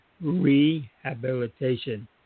rehabilitation